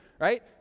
right